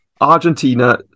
Argentina